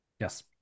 yes